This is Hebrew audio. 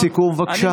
משפט לסיכום, בבקשה.